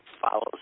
follows